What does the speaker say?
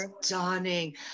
stunning